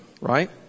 right